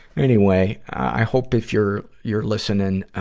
anyway, i hope if you're, you're listening, ah,